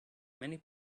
many